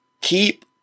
keep